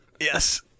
Yes